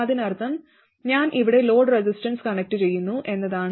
അതിനർത്ഥം ഞാൻ ഇവിടെ ലോഡ് റെസിസ്റ്റൻസ് കണക്റ്റുചെയ്യുന്നു എന്നതാണ്